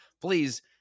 Please